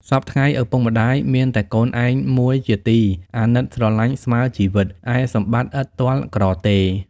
សព្វថ្ងៃឪពុក ម្ដាយមានតែកូនឯងមួយជាទី អាណិតស្រឡាញ់ស្មើជីវិត ឯសម្បត្ដិឥតទ័លក្រទេ